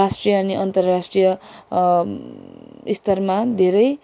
राष्ट्रिय अनि अन्तर्राष्ट्रिय स्तरमा धेरै